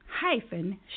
Hyphen